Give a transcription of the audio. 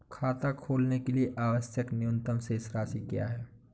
खाता खोलने के लिए आवश्यक न्यूनतम शेष राशि क्या है?